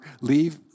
leave